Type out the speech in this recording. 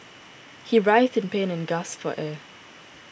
he writhed in pain and gasped for air